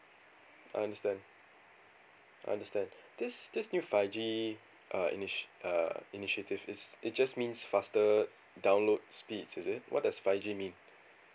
I understand understand this this new five G uh initi~ uh initiative is it just means faster download speeds is it what does five G mean